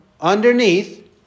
underneath